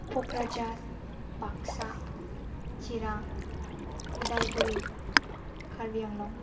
Kokrajhar Baksa Chirang Udalguri Karbi Anglong